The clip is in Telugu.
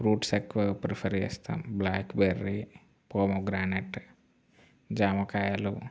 ఫ్రూట్స్ ఎక్కువ ప్రిఫర్ చేస్తాను బ్లాక్బెర్రీ పోమొగ్రానేట్ జామకాయలు